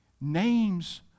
Names